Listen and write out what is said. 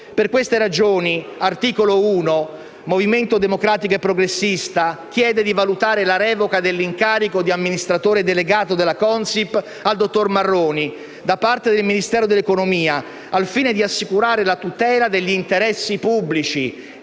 Per queste ragioni, Articolo 1 - Movimento Democratico e Progressista chiede di valutare la revoca dell'incarico di amministratore delegato della Consip al dottor Marroni da parte del Ministero dell'economia, al fine di assicurare la tutela degli interessi pubblici